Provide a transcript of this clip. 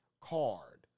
card